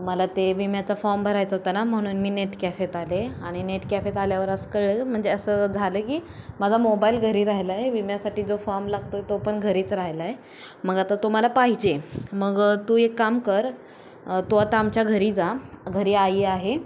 मला ते विम्याचा फॉम भरायचा होता ना म्हणून मी नेट कॅफेत आले आणि नेट कॅफेत आल्यावर असं कळलं म्हणजे असं झालं की माझा मोबायल घरी राहिला आहे विम्यासाठी जो फॉम लागतो आहे तो पण घरीच राहिला आहे मग आता तो मला पाहिजे मग तू एक काम कर तू आता आमच्या घरी जा घरी आई आहे